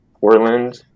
portland